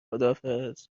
خداحافظ